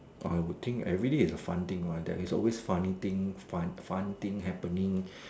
I would think everyday there is a fun thing one there is always funny things fun fun things happening